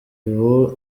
ubu